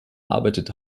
arbeitet